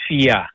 fear